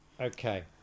Okay